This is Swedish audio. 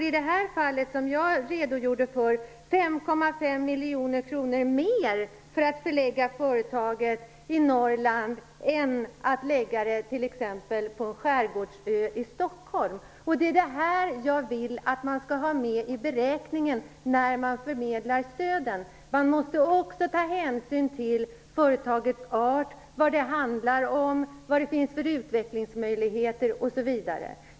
I det fall som jag redogjorde för får man 5,5 miljoner kronor mer för att förlägga företaget till Norrland än för att lägga det t.ex. på en skärgårdsö i Stockholm. Det vill jag att man skall ha med i beräkningen när man förmedlar stöden. Man måste också ta hänsyn till företagets art, vad det handlar om, vad det finns för utvecklingsmöjligheter osv.